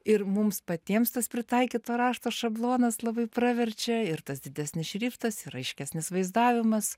ir mums patiems tas pritaikyto rašto šablonas labai praverčia ir tas didesnis šriftas ir aiškesnis vaizdavimas